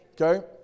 okay